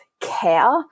care